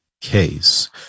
case